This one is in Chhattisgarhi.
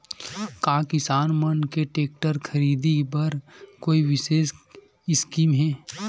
का किसान मन के टेक्टर ख़रीदे बर कोई विशेष स्कीम हे?